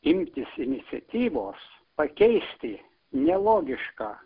imtis iniciatyvos pakeisti nelogišką